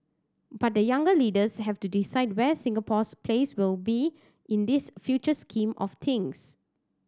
but the younger leaders have to decide where Singapore's place will be in this future scheme of things